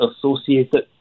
associated